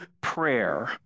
prayer